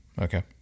Okay